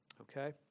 okay